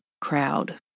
Crowd